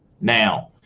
now